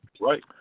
right